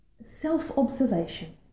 self-observation